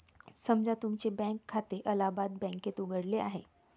समजा तुमचे बँक खाते अलाहाबाद बँकेत उघडले आहे